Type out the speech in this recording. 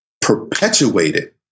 perpetuated